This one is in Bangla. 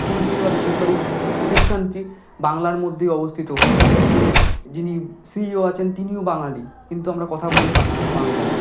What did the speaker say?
স্কুলটি বা বেসরকারি প্রতিষ্ঠানটি বাংলার মধ্যেই অবস্থিত তাদের যে যিনি সিইও আছেন তিনিও বাঙালি কিন্তু আমরা কথা বলতে পাচ্ছি না বাংলায়